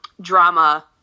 drama